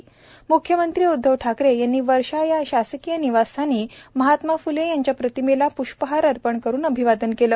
म्ख्यमंत्री उद्वव ठाकरे यांनी वर्षा या आपल्या शासकीय निवासस्थानी महात्मा फ्ले यांच्या प्रतिमेला पुष्पहार अर्पण करून अभिवादन केलं